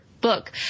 book